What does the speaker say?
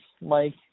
Mike